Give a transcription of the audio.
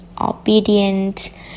obedient